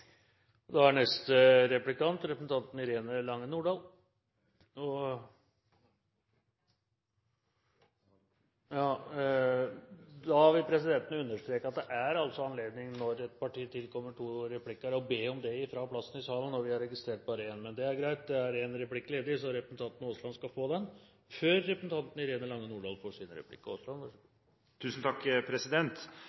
Neste replikant er Irene Lange Nordahl. Presidenten registrerer at Terje Aasland ønsker en replikk til. Presidenten vil understreke at når et parti tilkommer to replikker, er det anledning til å be om det fra representantens plass i salen. Presidenten har bare registrert ønsket om én replikk, men det er en replikk ledig, så representanten Aasland skal få den – før representanten Irene Lange Nordahl får sin replikk.